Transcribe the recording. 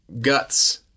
guts